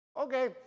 okay